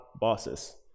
bosses